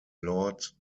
lord